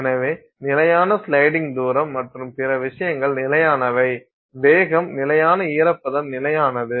எனவே நிலையான ஸ்லைடிங் தூரம் மற்றும் பிற விஷயங்கள் நிலையானவை வேகம் நிலையான ஈரப்பதம் நிலையானது